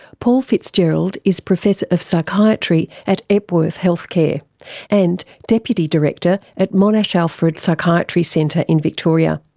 paul fitzgerald is professor of psychiatry at epworth healthcare and deputy director at monash alfred psychiatry centre in victoria.